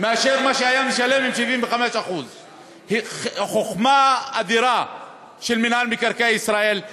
מאשר מה שהיה משלם עם 75%. חוכמה אדירה של מינהל מקרקעי ישראל.